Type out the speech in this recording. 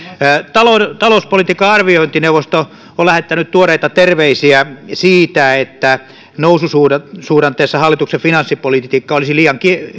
talouspolitiikan arviointineuvosto on lähettänyt tuoreita terveisiä siitä että noususuhdanteessa hallituksen finanssipolitiikka olisi liian